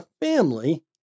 family